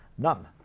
none,